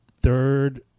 Third